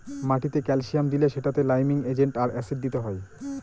মাটিতে ক্যালসিয়াম দিলে সেটাতে লাইমিং এজেন্ট আর অ্যাসিড দিতে হয়